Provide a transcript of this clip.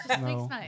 No